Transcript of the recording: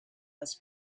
was